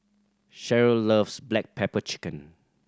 Sheryl loves black pepper chicken